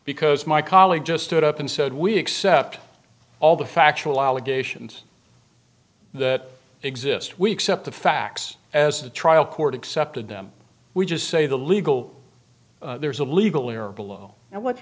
because my colleague just stood up and said we accept all the factual allegations that exist we accept the facts as the trial court accepted them we just say the legal there is a legally or below and what's